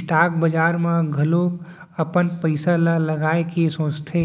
stock बजार म घलोक अपन पइसा ल लगाए के सोचथे